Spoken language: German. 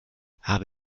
habe